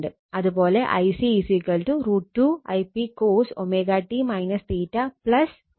അതുപോലെ Ic √ 2 Ip cos t 120o